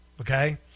okay